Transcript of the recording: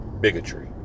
bigotry